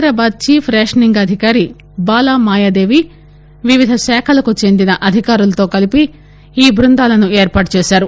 Hyderabad chief rationing అధికారి బాలామాయదేవి వివిధ శాఖలకు చెందిన అధికారులతో కలిపి ఈ బృందాలను ఏర్పాటు చేశారు